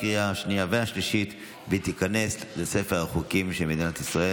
שבעה בעד, אין מתנגדים,